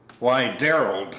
why, darrell,